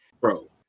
Bro